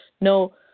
no